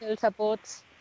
supports